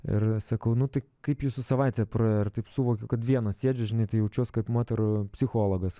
ir sakau nu tai kaip jūsų savaitė praėjo ir taip suvokiu kad vienas sėdžiu žinai tai jaučiuos kaip moterų psichologas